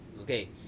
Okay